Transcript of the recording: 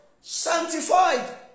sanctified